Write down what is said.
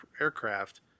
aircraft